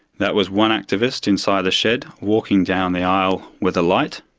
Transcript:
that was one activist inside the shed walking down the aisle with a light,